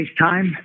FaceTime